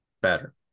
Better